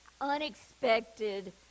unexpected